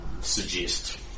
suggest